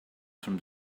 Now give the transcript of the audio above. from